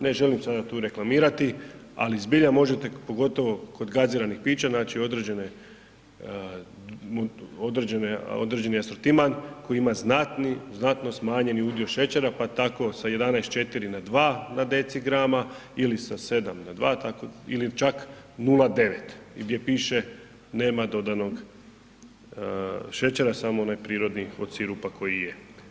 Ne želim sada tu reklamirati, ali zbilja možete pogotovo kod gaziranih pića naći određene, određeni asortiman koji ima znatni, znatno smanjeni udio šećera pa tako sa 11,4 na 2 na decigrama ili sa 7 na 2 tako, ili čak 0,9 gdje piše nema dodanog šećera samo onaj prirodni od sirupa koji je.